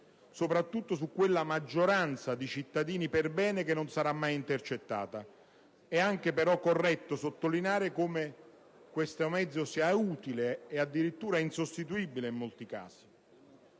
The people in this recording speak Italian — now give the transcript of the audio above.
soprattutto su quella maggioranza di cittadini perbene che non sarà mai intercettata. É anche corretto però sottolineare come questo mezzo sia utile e addirittura insostituibile in molti casi.